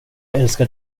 älskar